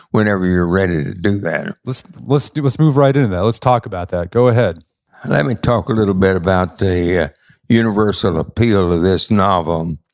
whenever you're ready to do that let's let's move right into that. let's talk about that. go ahead let me talk a little bit about the ah universal appeal of this novel. um